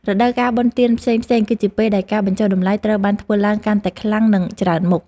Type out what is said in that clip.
រដូវកាលបុណ្យទានផ្សេងៗ គឺជាពេលដែលការបញ្ចុះតម្លៃត្រូវបានធ្វើឡើងកាន់តែខ្លាំងនិងច្រើនមុខ។